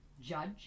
judge